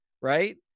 right